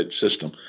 system